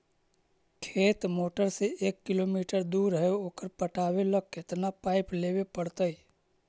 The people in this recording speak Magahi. खेत मोटर से एक किलोमीटर दूर है ओकर पटाबे ल केतना पाइप लेबे पड़तै?